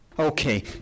Okay